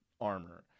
armor